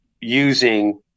using